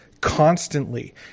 constantly